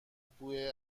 بوی